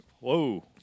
Whoa